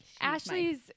Ashley's